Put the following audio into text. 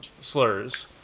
slurs